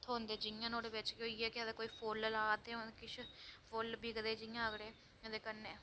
थ्होंदे जियां नोआढ़े बेच अदे कोई फुल्ल ला दे ओ फुल्ल बिकदे जियां एह्दे कन्नै